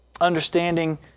Understanding